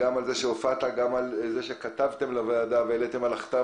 גם על זה שהופעת וגם על זה שכתבתם לוועדה את הדברים.